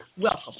welcome